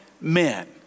men